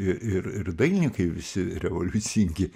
ir ir ir dailininkai visi revoliucingi